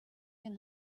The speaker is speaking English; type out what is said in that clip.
can